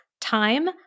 time